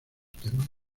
temas